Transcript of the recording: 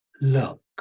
look